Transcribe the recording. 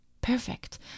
Perfect